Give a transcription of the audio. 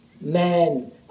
man